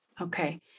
Okay